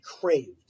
craved